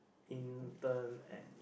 intern at